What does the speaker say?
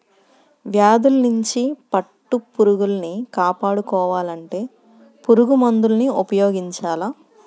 వ్యాధుల్నించి పట్టుపురుగుల్ని కాపాడుకోవాలంటే పురుగుమందుల్ని ఉపయోగించాల